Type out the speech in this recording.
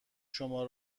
شما